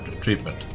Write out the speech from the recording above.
treatment